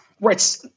right